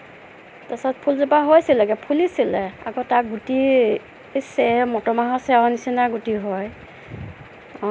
তাৰপিছত ফুলজোপা হৈছিলেগে ফুলিছিলে আকৌ তাৰ গুটি চেৰ মটৰমাহৰ চেৰৰ নিচিনা গুটি হয়